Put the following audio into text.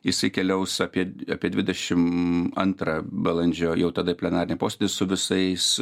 jisai keliaus apie apie dvidešim antrą balandžio jau tada į plenarinį posėdį su visais